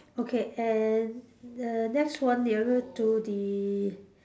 okay and err next one nearer to the